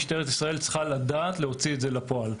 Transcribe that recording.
משטרת ישראל צריכה לדעת להוציא את זה לפועל.